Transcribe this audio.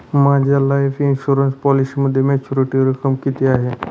माझ्या life insurance पॉलिसीमध्ये maturity रक्कम किती आहे?